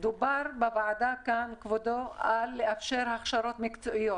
דובר בוועדה על לאפשר הכשרות מקצועיות.